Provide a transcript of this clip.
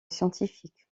scientifique